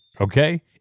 okay